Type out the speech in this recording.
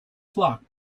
flock